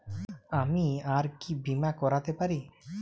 আমি আর কি বীমা করাতে পারি?